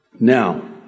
Now